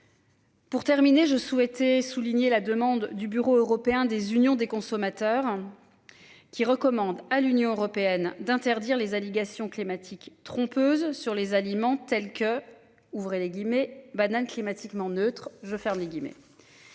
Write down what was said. Pour terminer, je souhaitais souligner la demande du Bureau européen des unions des consommateurs. Qui recommande à l'Union européenne d'interdire les allégations climatique trompeuse sur les aliments tels que ouvrez les guillemets banane climatiquement neutre je